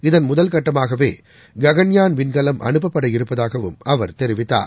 இதன் முதல்கட்டமாகவேககன்யான் விண்கலம் அனுப்பப்பட இருப்பதாகவும் அவர் தெரிவித்தார்